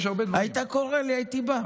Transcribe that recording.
היית קורא לי, הייתי בא.